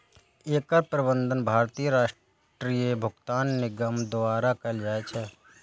एकर प्रबंधन भारतीय राष्ट्रीय भुगतान निगम द्वारा कैल जाइ छै